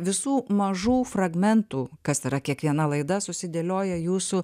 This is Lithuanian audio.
visų mažų fragmentų kas yra kiekviena laida susidėlioja jūsų